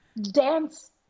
Dance